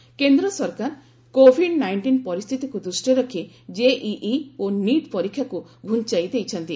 ଜେଇ କେନ୍ଦ୍ର ସରକାର Covid nineteen ପରିସ୍ଥିତିକୁ ଦୃଷ୍ଟିରେ ରଖି ଜେଇଇ ଓ ନୀଟ୍ ପରୀକ୍ଷାକୁ ଘୁଞ୍ଚାଇ ଦେଇଛନ୍ତି